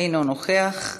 אינו נוכח.